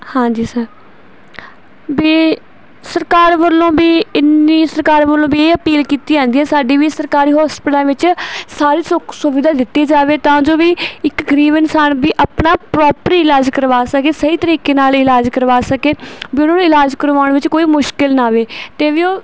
ਹਾਂਜੀ ਸਰ ਵੀ ਸਰਕਾਰ ਵੱਲੋਂ ਵੀ ਇੰਨੀ ਸਰਕਾਰ ਵੱਲੋਂ ਵੀ ਇਹ ਅਪੀਲ ਕੀਤੀ ਜਾਂਦੀ ਹੈ ਸਾਡੀ ਵੀ ਸਰਕਾਰੀ ਹੋਸਪਿਟਲਾਂ ਵਿੱਚ ਸਾਰੀ ਸੁੱਖ ਸੁਵਿਧਾ ਦਿੱਤੀ ਜਾਵੇ ਤਾਂ ਜੋ ਵੀ ਇੱਕ ਗਰੀਬ ਇਨਸਾਨ ਵੀ ਆਪਣਾ ਪ੍ਰੋਪਰ ਇਲਾਜ ਕਰਵਾ ਸਕੇ ਸਹੀ ਤਰੀਕੇ ਨਾਲ ਇਲਾਜ ਕਰਵਾ ਸਕੇ ਵੀ ਉਹਨਾਂ ਨੂੰ ਇਲਾਜ ਕਰਵਾਉਣ ਵਿੱਚ ਕੋਈ ਮੁਸ਼ਕਿਲ ਨਾ ਆਵੇ ਅਤੇ ਵੀ ਉਹ